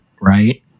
right